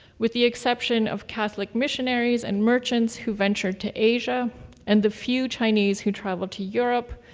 with the exception of catholic missionaries and merchants who ventured to asia and the few chinese who traveled to europe,